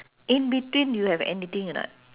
in between you have anything or not